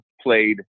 played